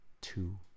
two